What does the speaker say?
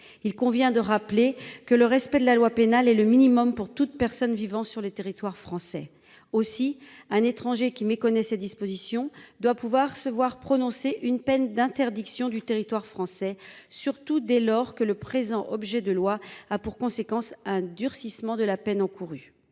il convient de rappeler que le respect de la loi pénale et le minimum pour toute personne vivant sur le territoire français aussi. Un étranger qui me méconnaît cette disposition doit pouvoir se voir prononcer une peine d'interdiction du territoire français surtout dès lors que le présent, objet de loi a pour conséquence un durcissement de la peine encourue.